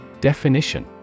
Definition